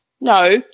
No